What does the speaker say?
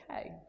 okay